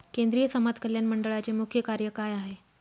केंद्रिय समाज कल्याण मंडळाचे मुख्य कार्य काय आहे?